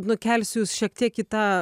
nukelsiu jus šiek į tą